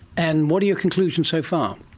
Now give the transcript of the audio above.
and what are your conclusions so far?